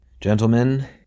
gentlemen